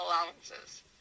allowances